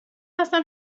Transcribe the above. هستم